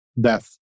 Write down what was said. death